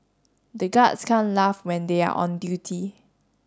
the guards can't laugh when they are on duty